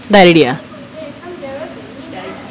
die already ah